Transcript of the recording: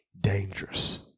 dangerous